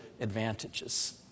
advantages